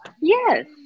Yes